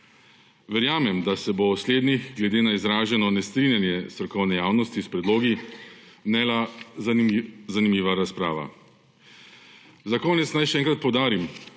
Verjamem, da se bo o slednjih glede na izraženo nestrinjanje strokovne javnosti s predlogi vnela zanimiva razprava. Za konec naj še enkrat poudarim.